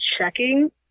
checking